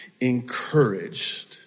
encouraged